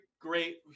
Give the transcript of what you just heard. great